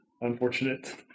Unfortunate